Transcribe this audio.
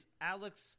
Alex